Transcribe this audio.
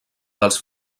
dels